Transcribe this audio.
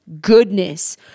goodness